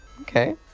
Okay